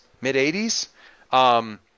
Mid-80s